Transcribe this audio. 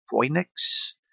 Phoenix